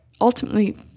ultimately